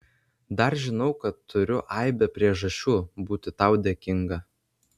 dar žinau kad turiu aibę priežasčių būti tau dėkinga